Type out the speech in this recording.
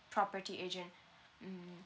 property agent mm